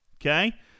Okay